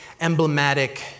emblematic